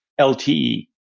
LTE